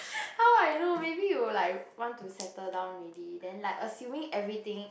how I know maybe you like want to settle down ready then like assuming everything